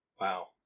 Wow